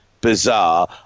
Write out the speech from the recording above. bizarre